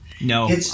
No